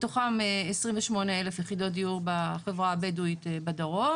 מתוכם 28,000 יחידות דיור בחברה הבדואית בדרום